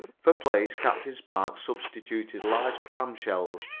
for plates captain spark substituted large clam shells,